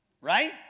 Right